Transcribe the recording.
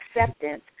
acceptance